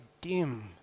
dim